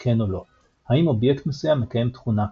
כן או לא - האם אובייקט מסוים מקיים תכונה כלשהי.